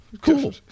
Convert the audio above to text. Cool